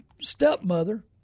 stepmother